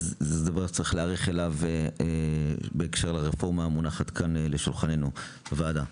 זה דבר שצריך להיערך אליו בהקשר לרפורמה המונחת כאן לשולחננו בוועדה.